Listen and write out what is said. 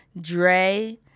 Dre